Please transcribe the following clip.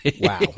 Wow